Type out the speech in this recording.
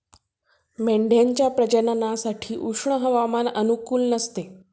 मेंढ्यांच्या प्रजननासाठी उष्ण हवामान अनुकूल नसते